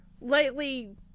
lightly